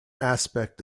aspect